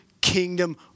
kingdom